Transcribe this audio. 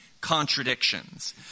contradictions